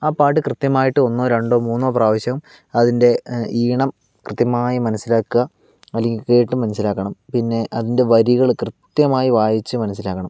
ആ പാട്ട് കൃത്യമായിട്ട് ഒന്നോ രണ്ടോ മൂന്നോ പ്രാവശ്യം അതിൻ്റെ ഈണം കൃത്യമായി മനസിലാക്കുക അല്ലെങ്കിൽ കേട്ട് മനസിലാക്കണം പിന്നെ അതിൻ്റെ വരികൾ കൃത്യമായി വായിച്ചു മനസിലാക്കണം